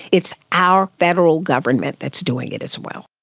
it's our federal government that's doing it as well.